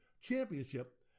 championship